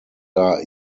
are